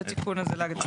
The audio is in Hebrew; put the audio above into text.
את התיקון הזה להגדרה.